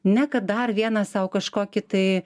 ne kad dar vieną sau kažkokį tai